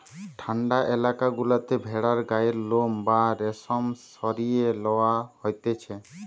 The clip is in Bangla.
ঠান্ডা এলাকা গুলাতে ভেড়ার গায়ের লোম বা রেশম সরিয়ে লওয়া হতিছে